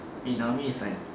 in army is like